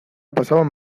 pasaban